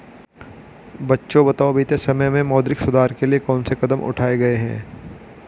बच्चों बताओ बीते समय में मौद्रिक सुधार के लिए कौन से कदम उठाऐ गए है?